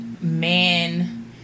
man